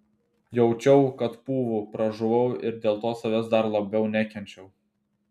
jaučiau kad pūvu pražuvau ir dėl to savęs dar labiau nekenčiau